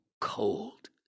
cold